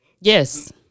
Yes